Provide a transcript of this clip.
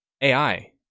AI